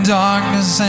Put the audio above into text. darkness